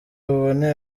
buboneye